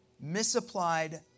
misapplied